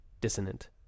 dissonant